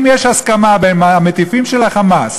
אם יש הסכמה בין המטיפים של ה"חמאס"